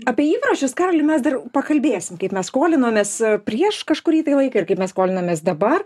apie įpročius karoli mes dar pakalbėsim kaip mes skolinomės prieš kažkurį tai laiką kai mes skolinamės dabar